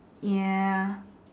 ya